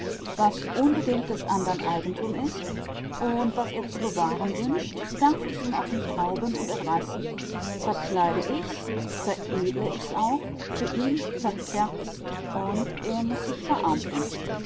was unbedingt des andern eigentum ist und was er zu bewahren wünscht darf ich ihm nicht rauben und entreißen verkleide ichs veredle ichs auch für ihn verzerrt es sich und er muß sich verarmt dünken